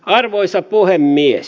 arvoisa puhemies